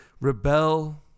rebel